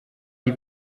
die